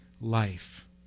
life